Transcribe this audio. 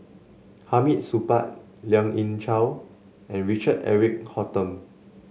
Hamid Supaat Lien Ying Chow and Richard Eric Holttum